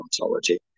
ontology